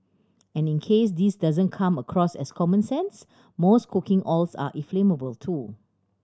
and in case this doesn't come across as common sense most cooking oils are inflammable too